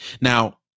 Now